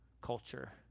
culture